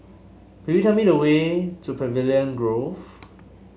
could you tell me the way to Pavilion Grove